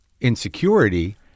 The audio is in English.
insecurity